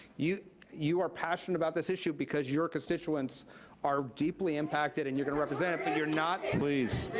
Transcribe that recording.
you you are passionate about this issue because your constituents are deeply impacted and you're gonna represent, but you're not please,